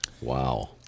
Wow